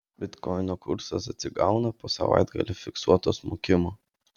bitkoino kursas atsigauna po savaitgalį fiksuoto smukimo